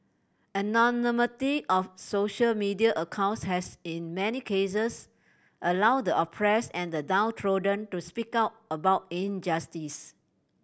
anonymity of social media accounts has in many cases allow the oppress and the downtrodden to speak out about injustice